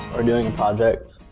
we're doing a project,